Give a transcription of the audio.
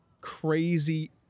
crazy